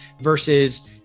versus